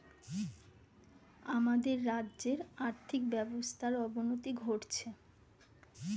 আমাদের রাজ্যের আর্থিক ব্যবস্থার অবনতি ঘটছে